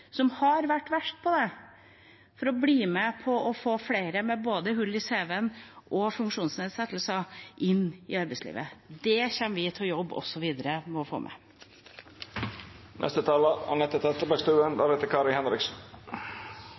som har vært verst på det, med på å få med flere både med hull i cv-en og med funksjonsnedsettelser inn i arbeidslivet. Det kommer vi til å jobbe med å få